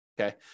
okay